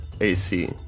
AC